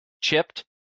chipped